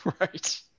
right